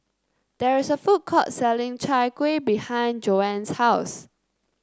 there is a food court selling Chai Kuih behind Joan's house